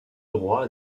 droit